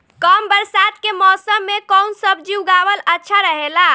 कम बरसात के मौसम में कउन सब्जी उगावल अच्छा रहेला?